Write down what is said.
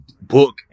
Book